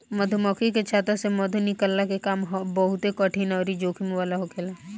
मधुमक्खी के छत्ता से मधु निकलला के काम बहुते कठिन अउरी जोखिम वाला होखेला